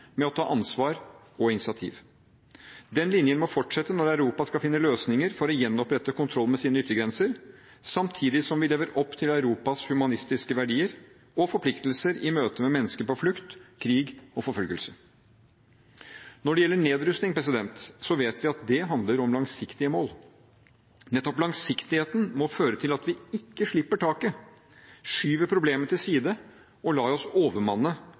å ta ansvar og initiativ. Den linjen må fortsette når Europa skal finne løsninger for å gjenopprette kontroll med sine yttergrenser samtidig som vi lever opp til Europas humanistiske verdier og forpliktelser i møte med mennesker på flukt fra krig og forfølgelse. Når det gjelder nedrustning, vet vi at det handler om langsiktige mål. Nettopp langsiktigheten må føre til at vi ikke slipper taket, skyver problemet til side og lar oss overmanne